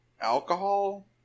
alcohol